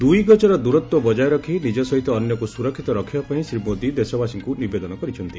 ଦୁଇ ଗଜର ଦୂରତ୍ୱ ବଜାୟ ରଖି ନିଜ ସହିତ ଅନ୍ୟକୁ ସୁରକ୍ଷିତ ରଖିବାପାଇଁ ଶ୍ରୀ ମୋଦି ଦେଶବାସୀଙ୍କୁ ନିବେଦନ କରିଛନ୍ତି